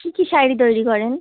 কী কী শাড়ি তৈরি করেন